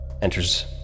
enters